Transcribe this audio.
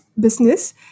business